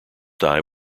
dive